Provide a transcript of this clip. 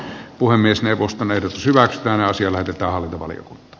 puhemiesneuvoston pysyvät määräsivät että alkoholin